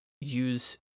use